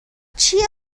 چیه